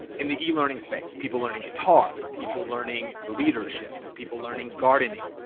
in the e-learning space. people learning guitar, people learning leadership, people learning gardening,